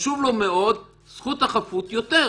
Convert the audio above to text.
חשוב לו מאוד זכות החפות יותר.